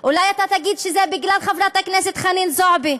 אולי תגיד שזה בגלל חברת הכנסת חנין זועבי.